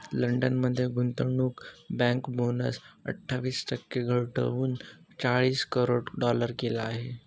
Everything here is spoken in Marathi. लंडन मध्ये गुंतवणूक बँक बोनस अठ्ठावीस टक्के घटवून चाळीस करोड डॉलर केला आहे